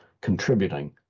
contributing